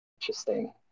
interesting